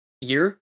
year